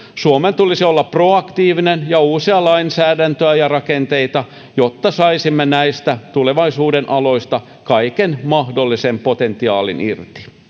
suomen tulisi olla proaktiivinen ja uusia lainsäädäntöä ja rakenteita jotta saisimme näistä tulevaisuuden aloista kaiken mahdollisen potentiaalin irti